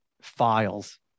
files